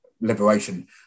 liberation